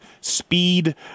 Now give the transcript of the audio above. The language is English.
speed